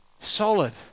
solid